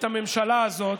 את הממשלה הזאת,